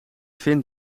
vind